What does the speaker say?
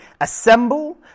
assemble